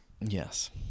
yes